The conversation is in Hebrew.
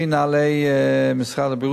3. לפי נוהלי משרד הבריאות,